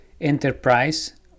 enterprise